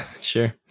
sure